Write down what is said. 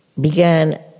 began